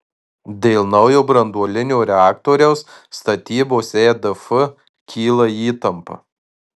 dėl naujo branduolinio reaktoriaus statybos edf kyla įtampa